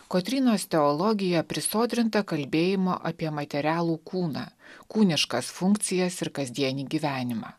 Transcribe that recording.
kotrynos teologija prisodrinta kalbėjimo apie materialų kūną kūniškas funkcijas ir kasdienį gyvenimą